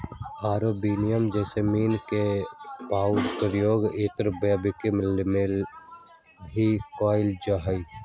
Arabian jasmine के पउपयोग इत्र बनावे ला भी कइल जाहई